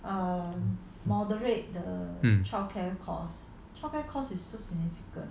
um